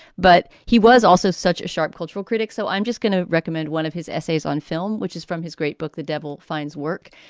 but he was also such a sharp cultural critic. so i'm just going to recommend one of his essays on film, which is from his great book, the devil finds work.